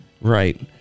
Right